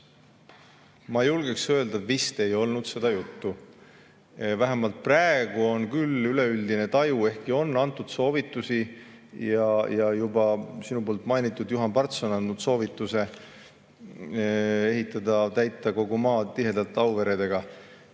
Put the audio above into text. ma julgeksin öelda, vist ei olnud seda juttu. Vähemalt praegu on küll üleüldine taju [teine], ehkki on antud soovitusi ja ka sinu mainitud Juhan Parts on andnud soovituse ehitada, täita kogu maa tihedalt Auveredega.